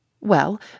Well